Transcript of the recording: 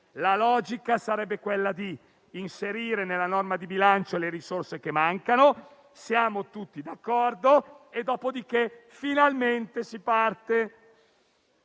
La logica sarebbe quella di inserire nella norma di bilancio le risorse che mancano. Siamo tutti d'accordo e dopo finalmente si parte.